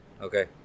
Okay